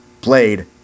Blade